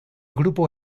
grupo